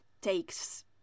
takes